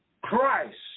Christ